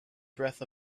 breath